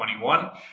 2021